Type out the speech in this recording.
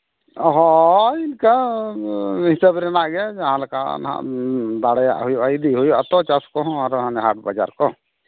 ᱦᱳᱭ ᱤᱱᱠᱟᱹ ᱦᱤᱥᱟᱹᱵᱽ ᱨᱮᱱᱟᱜ ᱜᱮ ᱡᱟᱦᱟᱸᱞᱮᱠᱟ ᱱᱟᱜ ᱫᱟᱲᱮᱭᱟᱜ ᱦᱩᱭᱩᱜᱼᱟ ᱤᱫᱤᱭ ᱦᱩᱭᱩᱜᱼᱟᱛᱚ ᱪᱟᱥ ᱠᱚᱦᱚᱸ ᱟᱨᱚ ᱦᱟᱱᱮ ᱦᱟᱴ ᱵᱟᱡᱟᱨ ᱠᱚ